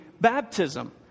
baptism